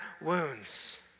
wounds